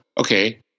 okay